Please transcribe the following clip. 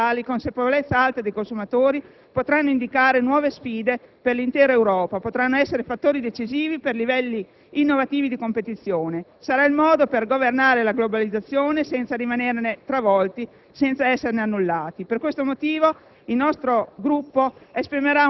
distintività, identità territoriali, consapevolezza alta dei consumatori, potranno indicare nuove sfide per l'intera Europa, potranno essere fattori decisivi per livelli innovativi di competizione. Sarà il modo per governare la globalizzazione senza rimanerne travolti e annullati. Per questo motivo,